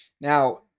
Now